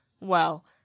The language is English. Well